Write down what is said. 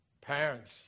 Parents